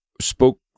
spoke